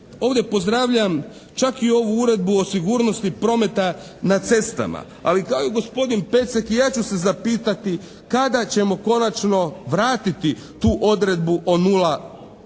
ovdje pozdravljam čak i ovu Uredbu o sigurnosti prometa na cestama. Ali kao i gospodin Pecek i ja ću se zapitati, kada ćemo konačno vratiti tu odredbu o 0,5